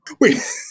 Wait